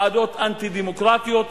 ועדות אנטי-דמוקרטיות,